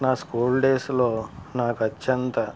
నా స్కూల్ డేస్లో నాకు అత్యంత